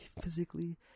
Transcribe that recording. physically